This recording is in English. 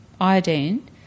iodine